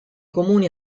comuni